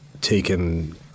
taken